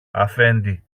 αφέντη